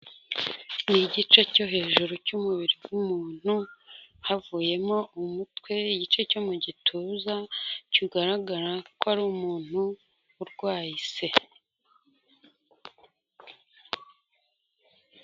Ni igice cyo hejuru cy'umubiri w'umuntu havuyemo umutwe, igice cyo mu gituza kigaragara ko ari umuntu urwaye ise.